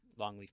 longleaf